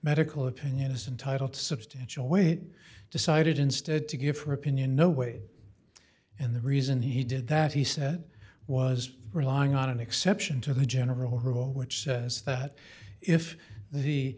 medical opinion is entitle to substantial weight decided instead to give her opinion no way and the reason he did that he said was relying on an exception to the general rule which says that if the